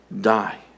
die